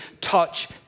touch